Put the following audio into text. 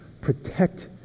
Protect